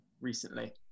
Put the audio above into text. recently